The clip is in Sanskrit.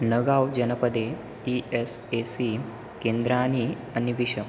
नगाव् जनपदे ई एस् ए सी केन्द्राणि अन्विष